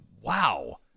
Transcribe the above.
wow